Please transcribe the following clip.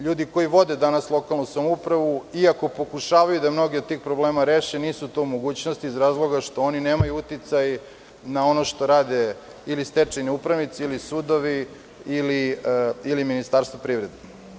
Ljudi koji vode danas lokalnu samoupravu, iako pokušavaju da mnoge od tih problema reše, nisu u mogućnosti, iz razloga što oni nemaju uticaj na ono što rade ili stečajni upravnici ili sudovi ili Ministarstvo privrede.